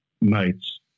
mates